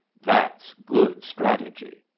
that's good strategy.